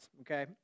okay